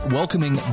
welcoming